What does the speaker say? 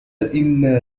إلا